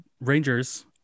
Rangers